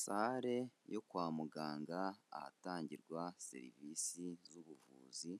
Sale yo kwa muganga ahatangirwa serivisi z'ubuvuzi,